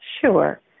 Sure